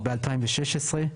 ב-2016,